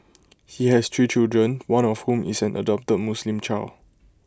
he has three children one of whom is an adopted Muslim child